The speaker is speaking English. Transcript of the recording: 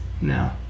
No